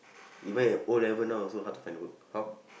even if O-level now also hard to find work how